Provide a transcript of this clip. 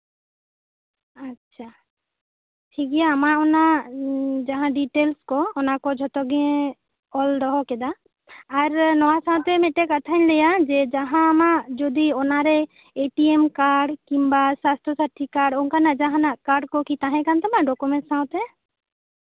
ᱟᱪᱪᱷᱟ ᱴᱷᱤᱠ ᱜᱮᱭᱟ ᱟᱢᱟᱜ ᱚᱱᱟ ᱡᱟᱦᱟᱸ ᱰᱤᱴᱮᱞᱥ ᱠᱚ ᱚᱱᱟ ᱠᱚ ᱡᱷᱚᱛᱚᱜᱮ ᱚᱞ ᱫᱚᱦᱚ ᱠᱮᱫᱟ ᱟᱨ ᱱᱚᱣᱟ ᱥᱟᱶᱛᱮ ᱢᱤᱫᱴᱮᱡ ᱠᱟᱛᱷᱟᱧ ᱞᱟᱹᱭᱟ ᱡᱟᱦᱟᱸᱱᱟᱜ ᱡᱚᱫᱤ ᱚᱱᱟᱨᱮ ᱮ ᱴᱤ ᱮᱢ ᱠᱟᱨᱰ ᱵᱟ ᱥᱟᱥᱛᱷᱚ ᱥᱟᱛᱷᱤ ᱠᱟᱨᱰ ᱵᱟ ᱡᱟᱦᱟᱸᱱᱟᱜ ᱚᱱᱠᱟᱱᱟᱜ ᱠᱟᱨᱰ ᱠᱚᱠᱤ ᱛᱟᱦᱮᱸ ᱠᱟᱱ ᱛᱟᱢᱟ ᱰᱚᱠᱳᱢᱮᱱᱴᱥ ᱥᱟᱶᱛᱮ